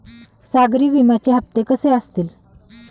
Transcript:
सागरी विम्याचे हप्ते कसे असतील?